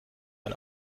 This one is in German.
ein